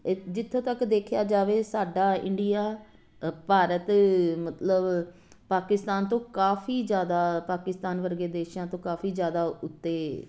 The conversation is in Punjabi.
ਜਿੱਥੋਂ ਤੱਕ ਦੇਖਿਆ ਜਾਵੇ ਸਾਡਾ ਇੰਡੀਆ ਭਾਰਤ ਮਤਲਬ ਪਾਕਿਸਤਾਨ ਤੋਂ ਕਾਫ਼ੀ ਜ਼ਿਆਦਾ ਪਾਕਿਸਤਾਨ ਵਰਗੇ ਦੇਸ਼ਾਂ ਤੋਂ ਕਾਫ਼ੀ ਜ਼ਿਆਦਾ ਉੱਤੇ